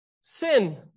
Sin